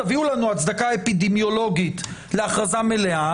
תביאו לנו הצדקה אפידמיולוגית להכרזה מלאה.